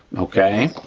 okay.